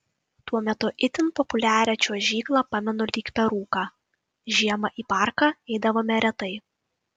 tuo metu itin populiarią čiuožyklą pamenu lyg per rūką žiemą į parką eidavome retai